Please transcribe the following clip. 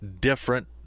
Different